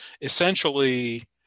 essentially